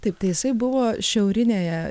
taip tai jisai buvo šiaurinėje